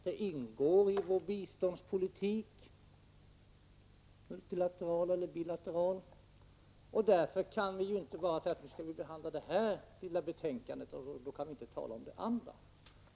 Det ingår i vår biståndspolitik — multilateralt eller bilateralt. Därför kan vi inte bara säga att nu skall vi behandla det här lilla betänkandet och då kan vi inte tala om det andra.